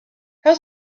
how